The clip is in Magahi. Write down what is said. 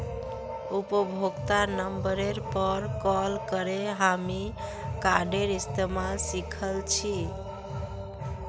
उपभोक्तार नंबरेर पर कॉल करे हामी कार्डेर इस्तमाल सिखल छि